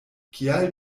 kial